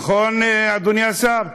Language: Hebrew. נכון, אדוני השר?